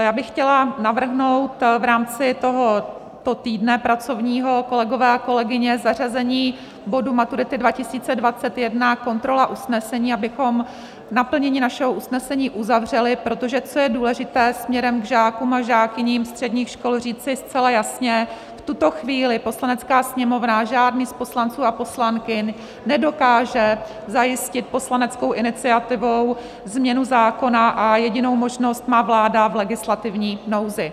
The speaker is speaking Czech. Já bych chtěla navrhnout v rámci tohoto pracovního týdne, kolegové a kolegyně, zařazení bodu Maturity 2021 kontrola usnesení, abychom naplnění našeho usnesení uzavřeli, protože co je důležité směrem k žákům a žákyním středních škol říci zcela jasně, v tuto chvíli Poslanecká sněmovna, žádný z poslanců a poslankyň, nedokáže zajistit poslaneckou iniciativou změnu zákona a jedinou možnost má vláda v legislativní nouzi.